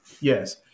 Yes